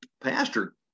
Pastor